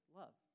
love